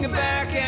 back